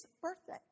birthday